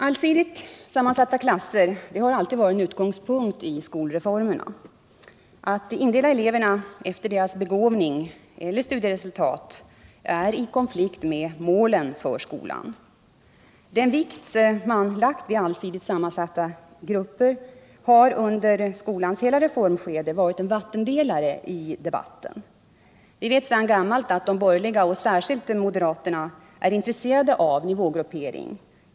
Allsidigt sammansatta klasser har varit en utgångspunkt i skolreformerna, Att indela eleverna efter deras begåvning eller studieresultat är i konflikt med målen för skolan. Den vikt man lagt vid allsidigt sammansatta grupper har under skolans hela reformskede varit en vattendelare i debatten. Vi vet sedan gammalt att de borgerliga — och särskilt moderaterna — är intresserade av nivågruppering.